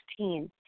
2016